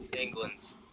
England's